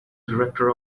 director